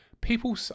people